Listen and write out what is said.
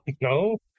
No